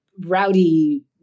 rowdy